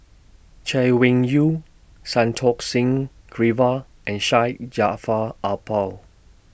Chay Weng Yew Santokh Singh Grewal and Syed Jaafar Albar